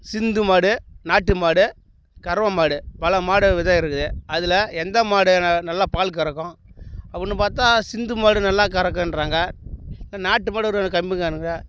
சிந்து மாடு நாட்டு மாடு கறவை மாடு பல மாடு விதம் இருக்குது அதில் எந்த மாடு ந நல்லா பால் கறக்கும் ஒன்று பார்த்தா சிந்து மாடு நல்லா கறக்கும்றாங்க நாட்டு மாடு கம்மிங்கானுங்க